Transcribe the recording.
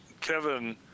Kevin